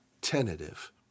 tentative